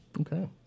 Okay